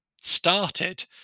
started